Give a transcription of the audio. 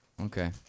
Okay